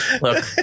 Look